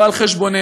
לא על חשבוננו.